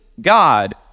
God